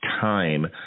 time